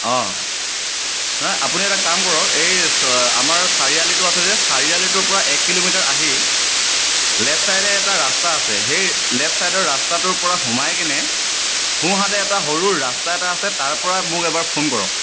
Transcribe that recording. অঁ নহয় আপুনি এটা কাম কৰক এই চ আমাৰ চাৰিআলিটো আছে যে চাৰিআলিটোৰ পৰা এক কিলোমিটাৰ আহি লেফ্ট ছাইডে এটা ৰাস্তা আছে সেই লেফ্ট ছাইডৰ ৰাস্তাটোৰ পৰা সোমাই কেনে সোঁহাতে এটা সৰু ৰাস্তা এটা আছে তাৰ পৰা মোক এবাৰ ফোন কৰক